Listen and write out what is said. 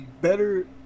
better